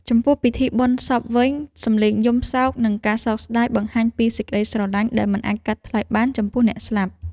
ចំពោះពិធីបុណ្យសពវិញ សម្លេងយំសោកនិងការសោកស្តាយ បង្ហាញពីសេចក្តីស្រឡាញ់ដែលមិនអាចកាត់ថ្លៃបានចំពោះអ្នកស្លាប់។